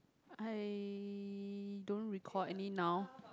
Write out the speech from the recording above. I don't recall any now